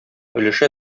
өлеше